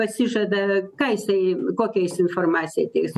pasižada ką jisai kokią jis informaciją teiks